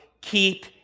Keep